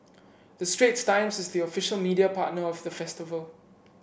the Straits Times is the official media partner of the festival